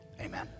amen